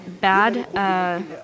bad